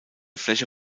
fläche